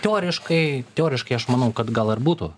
teoriškai teoriškai aš manau kad gal ir būtų